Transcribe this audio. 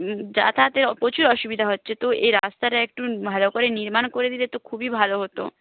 যাতায়াতে প্রচুর অসুবিধে হচ্ছে তো এ রাস্তাটা একটু ভালো করে নির্মাণ করে দিলে তো খুবই ভালো হতো